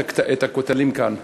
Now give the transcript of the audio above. את הכתלים כאן: